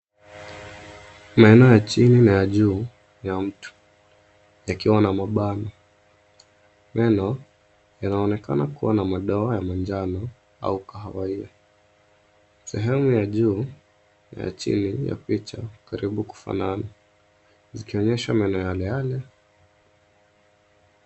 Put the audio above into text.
Maeneo ya chini na juu ya mtu yakiwa na mabaki. Meno yanaonekana kuwa na madoa ya manjano au kahawia. Sehemu ya juu na ya chini ya picha karibu kufanana zikionyesha meno yale yale.